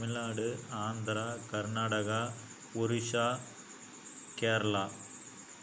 Tamil Nadu Andhra Karnataka Orissa Kerala